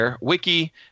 Wiki